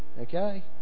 okay